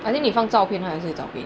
I think 你放照片还是找别的